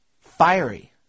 Fiery